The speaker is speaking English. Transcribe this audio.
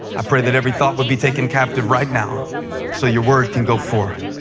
i pray that every thought would be taken captive right now so your word can go forth.